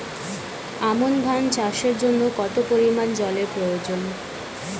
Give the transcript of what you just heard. আমন ধান চাষের জন্য কত পরিমান জল এর প্রয়োজন?